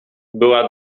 była